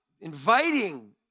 inviting